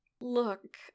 Look